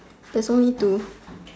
there's only two